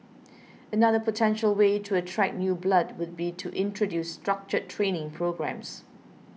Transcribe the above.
another potential way to attract new blood would be to introduce structured training programmes